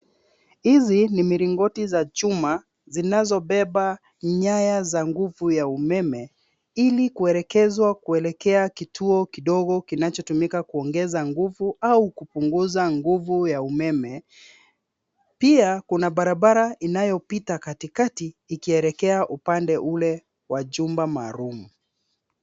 Hizi ni milingoti za chuma zinazobeba nyaya za nguvu ya umeme ili kuelekezwa kuelekea kituo kidogo kinachotumika kuongeza nguvu au kupunguza nguvu ya umeme. Pia, kuna barabara inayopita katikati, ikielekea upande ule wa jumba maalumu.